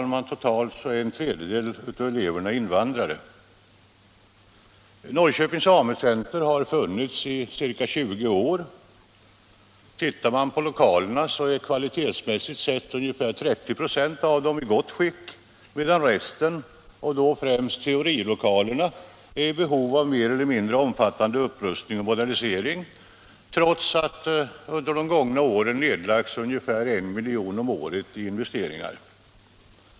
En tredjedel av eleverna är invandrare. Norrköpings AMU-center har funnits i ca 20 år. Av lokalerna är 30 96 kvalitetsmässigt i gott skick, medan resten och då främst teorilokalerna är i behov av en större eller mindre upprustning och modernisering, trots att man under de gångna åren nedlagt 1 milj.kr. om året i investeringar.